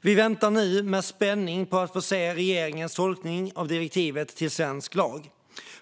Vi väntar nu med spänning på att få se regeringens tolkning av direktivet till svensk lag.